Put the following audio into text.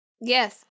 Yes